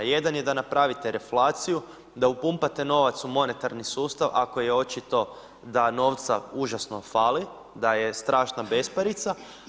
Jedan je da napravite reflaciju, da upumpate novac u monetarni sustav, ako je očito da novca užasno fali, da je strašna besparica.